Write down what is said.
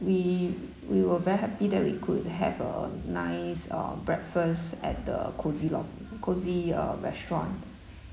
we we were very happy that we could have a nice uh breakfast at the cozy lot cozy uh restaurant